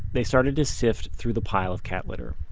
they started to sift through the pile of cat litter